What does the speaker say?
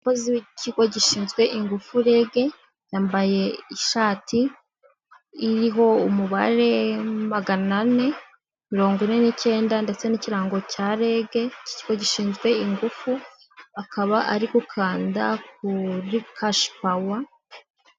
Umukozi w'ikigo gishinzwe ingufu REG yambaye ishati iriho umubare magana ane na mirongo ine n'icyenda ndetse n'ikirango cya REG cy'ikigo gishinzwe ingufu akaba ari gukanda kuri kashipawa.